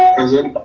present.